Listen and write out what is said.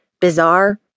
Bizarre